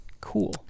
Cool